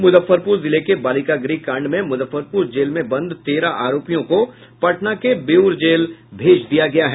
मुजफ्फरपुर जिले के बालिका गृह कांड में मुजफ्फरपुर जेल में बंद तेरह आरोपियों को पटना के बेउर जेल भेज दिया गया है